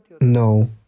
No